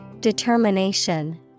Determination